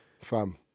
fam